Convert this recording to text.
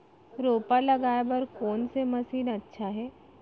रोपा लगाय बर कोन से मशीन अच्छा हे?